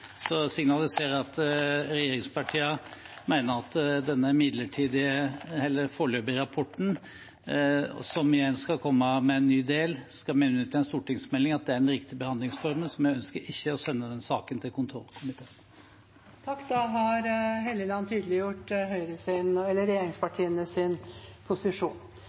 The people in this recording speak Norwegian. signaliserer jeg at regjeringspartiene mener at når det gjelder denne foreløpige rapporten – der det skal komme en ny del og det skal munne ut i en stortingsmelding – er det den riktige behandlingsformen. Så vi ønsker ikke å sende den saken til kontrollkomiteen. Da har representanten Helleland tydeliggjort